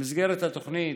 במסגרת התוכנית